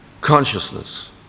consciousness